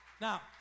Now